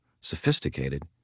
sophisticated